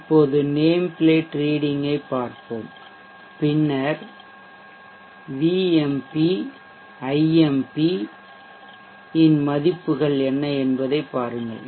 இப்போது name plate ரீடிங்களைப் பார்ப்போம் பின்னர் V M P I M P Vmp Imp இன் மதிப்புகள் என்ன என்பதைப் பாருங்கள்